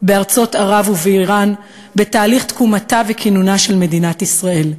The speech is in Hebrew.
בארצות ערב ובאיראן בתהליך תקומתה וכינונה של מדינת ישראל.